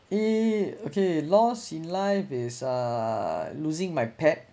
ye~ okay lost in life is uh losing my pet